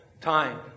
time